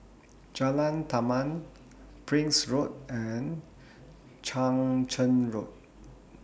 Jalan Taman Prince Road and Chang Charn Road